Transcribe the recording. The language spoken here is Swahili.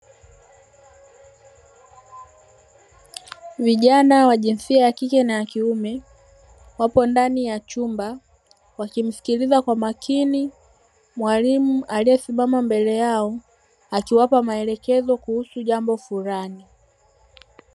Vijana wa jinsia ya kike na ya kiume wapo ndani ya chumba wakimsikiliza kwa makini mwalimu aliyesimama mbele yao akiwapa maelekezo kuhusu jambo fulani.